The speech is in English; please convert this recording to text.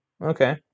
Okay